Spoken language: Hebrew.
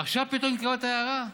עכשיו פתאום קיבלת הארה?